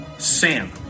Sam